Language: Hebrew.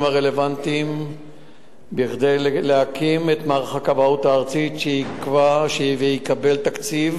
הרלוונטיים כדי להקים את מערך הכבאות הארצי שיקבל תקציב